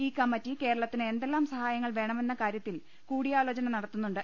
ഈ കമ്മിറ്റി കേരളത്തിന് എന്തെല്ലാം സഹായങ്ങൾ വേണമെന്ന കാര്യത്തിൽ കൂടിയാലോചന നടത്തുന്നുണ്ട്